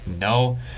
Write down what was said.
No